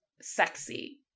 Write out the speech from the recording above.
sexy